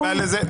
זה קוורום?